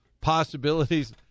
possibilities